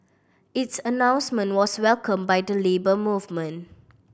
its announcement was welcomed by the Labour Movement